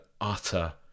utter